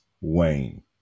Wayne